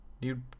dude